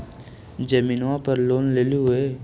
जमीनवा पर लोन लेलहु हे?